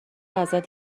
ازت